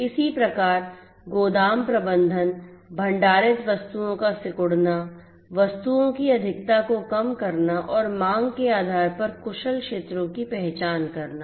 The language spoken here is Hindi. इसी प्रकार गोदाम प्रबंधन भंडारित वस्तुओं का सिकुड़ना वस्तुओं की अधिकता को कम करना और मांग के आधार पर कुशल क्षेत्रों की पहचान करना